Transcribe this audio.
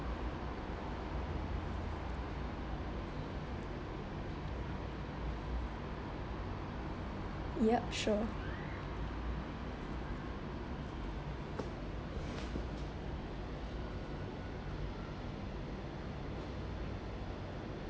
yup sure